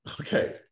okay